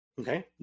Okay